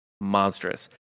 monstrous